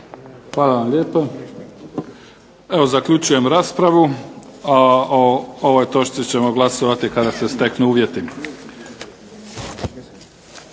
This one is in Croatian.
Hvala vam lijepo. Evo zaključujem raspravu. A ovoj točci ćemo glasovati kada se steknu uvjeti.